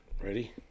Ready